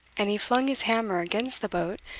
and he flung his hammer against the boat,